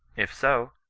if so,